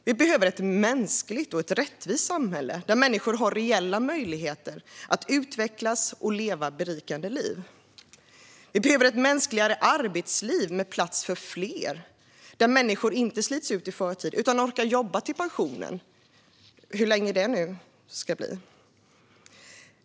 Vi behöver ett mänskligt och rättvist samhälle, där människor har reella möjligheter att utvecklas och leva berikande liv. Vi behöver ett mänskligare arbetsliv med plats för fler, där människor inte slits ut i förtid utan orkar jobba till pensionen, hur länge det nu blir.